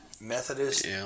Methodist